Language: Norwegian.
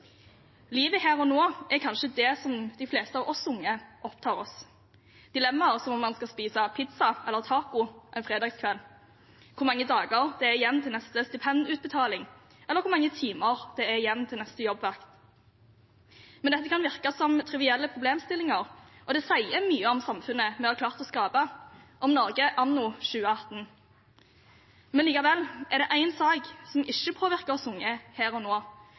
Livet her og nå er kanskje det som opptar de fleste av oss unge – dilemmaer som om man skal spise pizza eller taco en fredagskveld, hvor mange dager det er igjen til neste stipendutbetaling, eller hvor mange timer det er igjen til neste jobbvakt. Dette kan virke som trivielle problemstillinger, og det sier mye om samfunnet vi har klart å skape, om Norge anno 2018. Likevel – er det én sak som ikke påvirker oss unge her og nå,